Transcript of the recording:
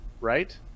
right